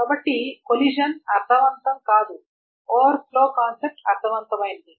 కాబట్టి కొలిషన్ అర్ధవంతం కాదు ఓవర్ఫ్లో కాన్సెప్ట్ అర్ధవంతమైనది